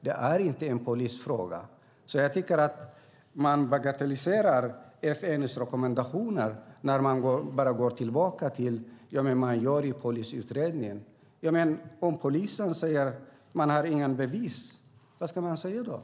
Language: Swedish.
Det är inte en polisfråga. Jag tycker att man bagatelliserar FN:s rekommendationer när man säger att det görs en polisutredning. Men om polisen säger att den inte har några bevis. Vad ska man då säga?